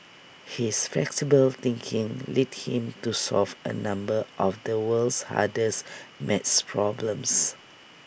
his flexible thinking led him to solve A number of the world's hardest math problems